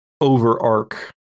over-arc